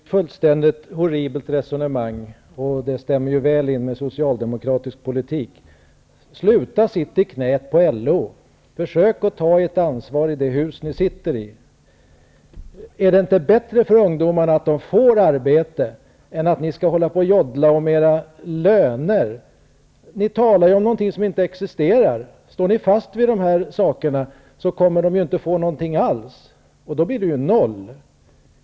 Herr talman! Det är ett fullständigt horribelt resonemang, och det stämmer väl in på socialdemokratisk politik. Sluta att sitta i knät på LO! Försök att ta ett ansvar i det hus ni sitter i! Är det inte bättre för ungdomarna att de får arbete än att ni skall joddla om era löner? Ni talar ju om någonting som inte existerar. Står ni fast vid de här sakerna kommer ungdomarna inte att få någonting alls, och då blir det noll.